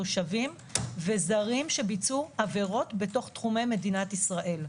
תושבים וזרים שביצעו עבירות בתוך תחומי מדינת ישראל.